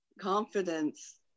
Confidence